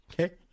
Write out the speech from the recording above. okay